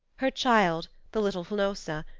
her child, the little hnossa,